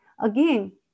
again